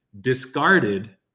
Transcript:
discarded